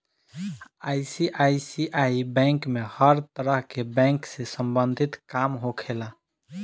ICICI bank में हर तरह के बैंक से सम्बंधित काम होखेला